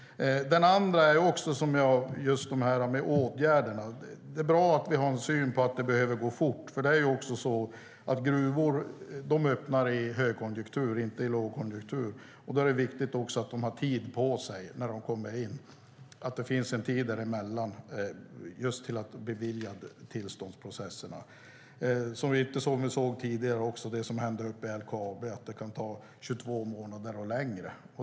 Det andra jag tänker på gäller åtgärderna. Det är bra att vi har en samsyn om att det behöver gå fort. Gruvor öppnar i högkonjunktur, inte i lågkonjunktur, och då är det viktigt att de har tid på sig när de ska starta, att det finns tid däremellan just till att bevilja tillstånden. Det får inte bli som med LKAB, att det tar 22 månader.